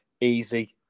Easy